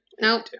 Nope